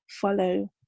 follow